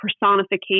personification